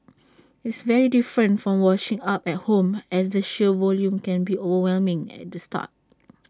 it's very different from washing up at home as the sheer volume can be overwhelming at the start